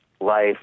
life